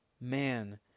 Man